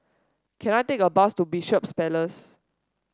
can I take a bus to Bishops Place